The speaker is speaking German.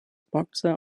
boxer